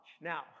Now